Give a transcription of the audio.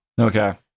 Okay